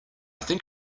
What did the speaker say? think